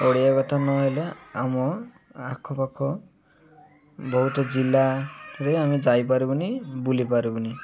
ଓଡ଼ିଆ କଥା ନହେଲେ ଆମ ଆଖପାଖ ବହୁତ ଜିଲ୍ଲା ଆମେ ଯାଇପାରିବୁନି ବୁଲିପାରିବୁନି